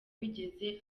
bigeze